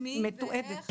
מי ואיך וכמה?